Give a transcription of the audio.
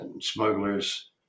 smugglers